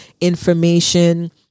information